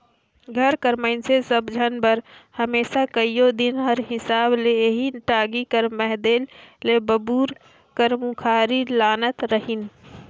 घर कर मइनसे सब झन बर हमेसा कइयो दिन कर हिसाब ले एही टागी कर मदेत ले बबूर कर मुखारी लानत रहिन